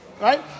Right